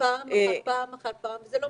זה קורה פעם אחר פעם אחר פעם ולא מפסיק.